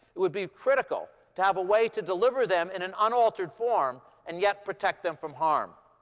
it would be critical to have a way to deliver them in an unaltered form and yet protect them from harm.